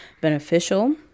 beneficial